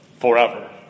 forever